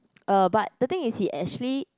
uh but the thing is he actually